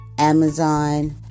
Amazon